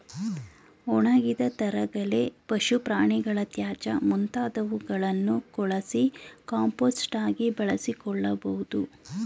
ಒಣಗಿದ ತರಗೆಲೆ, ಪಶು ಪ್ರಾಣಿಗಳ ತ್ಯಾಜ್ಯ ಮುಂತಾದವುಗಳನ್ನು ಕೊಳಸಿ ಕಾಂಪೋಸ್ಟ್ ಆಗಿ ಬಳಸಿಕೊಳ್ಳಬೋದು